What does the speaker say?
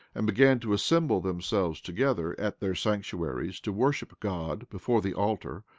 and began to assemble themselves together at their sanctuaries to worship god before the altar,